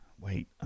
wait